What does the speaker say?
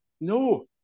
No